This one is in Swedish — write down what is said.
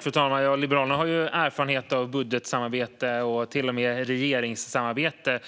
Fru talman! Liberalerna har ju erfarenhet av budgetsamarbete och till och med regeringssamarbete